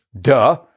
duh